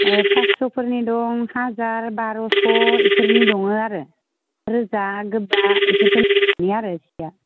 पासस'फोरनि दं हाजार बार'स' बेफोरनि दङ आरो रोजा गोबा बेफोरखौ नायनानै आरो सिया